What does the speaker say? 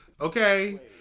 okay